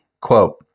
Quote